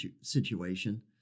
situation